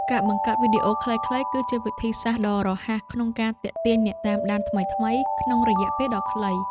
ការបង្កើតវីដេអូខ្លីៗ គឺជាវិធីសាស្ត្រដ៏រហ័សក្នុងការទាក់ទាញអ្នកតាមដានថ្មីៗក្នុងរយៈពេលដ៏ខ្លី។